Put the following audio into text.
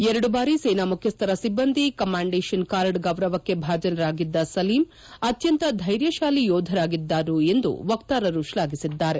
ಎರಡು ಬಾರಿ ಸೇನಾ ಮುಖ್ಯಸ್ಥರ ಸಿಬ್ಬಂದಿ ಕಮಾಂಡೇಷನ್ ಕಾರ್ಡ್ ಗೌರವಕ್ಕೆ ಭಾಜನರಾಗಿದ್ದ ಸಲೀಮ್ ಅತ್ಯಂತ ಧೈರ್ಯಶಾಲಿ ಯೋಧರಾಗಿದ್ದರು ಎಂದು ವಕ್ತಾರರು ಶ್ಲಾಘಿಸಿದ್ದಾರೆ